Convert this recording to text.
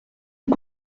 que